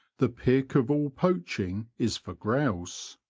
the pick of all poaching is for grouse.